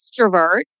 extrovert